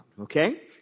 okay